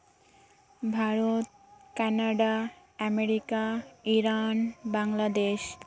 Bharat Canada America Iran Bangladesh